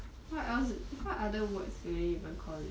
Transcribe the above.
what else what other words do they even call it